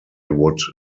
would